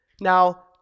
Now